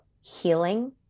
healing